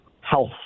health